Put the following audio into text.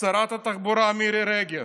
שרת התחבורה מירי רגב.